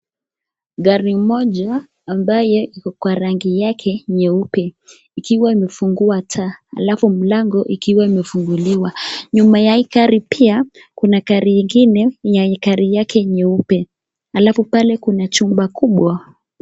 Gari moja ambalo liko kwa rangi yake nyeupe, likiwa limefungua taa, alafu mlango ikiwa imefunguliwa. Nyuma ya hii gari pia, kuna gari ingine, yenye gari yake nyeupe, alafu pale kuna chumba kubwa.